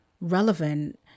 relevant